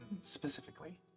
specifically